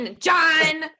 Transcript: John